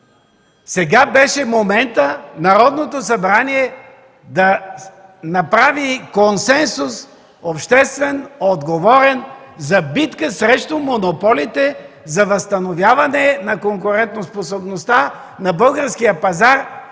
Сега беше моментът Народното събрание да направи консенсус –обществен, отговорен, за битка срещу монополите, за възстановяване на конкурентоспособността на българския пазар